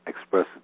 express